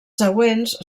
següents